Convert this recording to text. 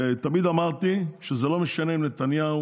תמיד אמרתי שזה לא משנה אם נתניהו